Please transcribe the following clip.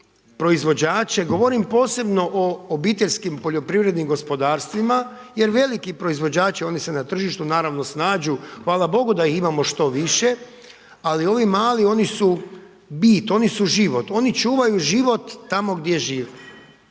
proizvođače, govorim posebno o obiteljskim poljoprivrednim gospodarstvima jer veliki proizvođači, oni se na tržištu naravno snađu, hvala bogu da ih imamo što više, ali ovi mali oni su bit, oni su život, oni čuvaju život tamo gdje žive,